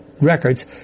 records